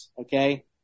okay